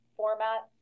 format